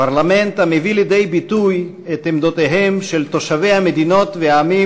פרלמנט המביא לידי ביטוי את עמדותיהם של תושבי המדינות והעמים